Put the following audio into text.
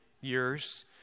years